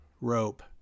rope